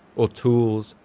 or tools,